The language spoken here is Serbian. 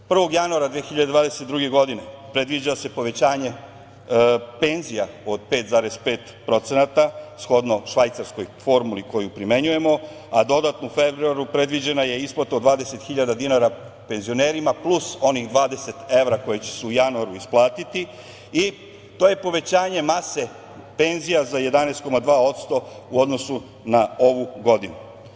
Od 1. januara 2022. godine predviđa se povećanje penzija od 5,5% shodno švajcarskoj formuli koju primenjujemo, a dodatno u februaru predviđena je isplata od 20.000 dinara penzionerima, plus onih 20 evra koje će se u januaru isplatiti i to je povećanje mase penzija za 11,2% u odnosu na ovu godinu.